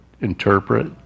interpret